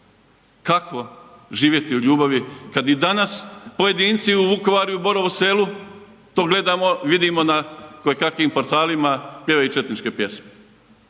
Kako živjeti u ljubavi kad i danas pojedinci u Vukovaru i u Borovu Selu, to gledamo, vidimo na koje kakvim portalima pjevaju četničke pjesme.